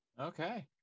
Okay